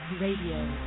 Radio